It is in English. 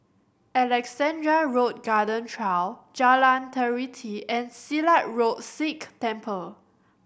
Alexandra Road Garden Trail Jalan Teliti and Silat Road Sikh Temple